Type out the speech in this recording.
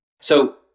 So-